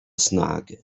snag